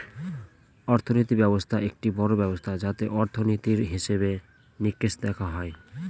অর্থনীতি ব্যবস্থা একটি বড়ো ব্যবস্থা যাতে অর্থনীতির, হিসেবে নিকেশ দেখা হয়